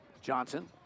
Johnson